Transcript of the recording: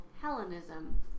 Hellenism